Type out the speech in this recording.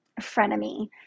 frenemy